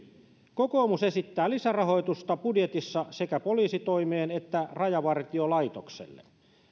kokoomus esittää lisärahoitusta budjetissa sekä poliisitoimeen että rajavartiolaitokselle